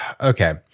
Okay